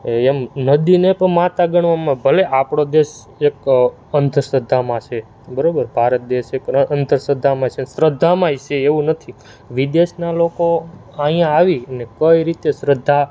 એમ નદીને પણ માતા ગણવામાં ભલે આપણો દેશ એક અંધશ્રધ્ધામાં છે બરાબર ભારત દેશ એક અંધશ્રદ્ધામાં છે શ્રદ્ધામાંય છે એવું નથી વિદેશનાં લોકો અહીંયા આવીને કઈ રીતે શ્રદ્ધા